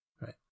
Right